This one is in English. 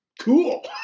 cool